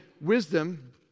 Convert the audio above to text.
Wisdom